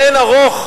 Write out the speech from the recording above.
לאין ערוך,